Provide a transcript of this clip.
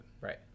Right